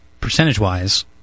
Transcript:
percentage-wise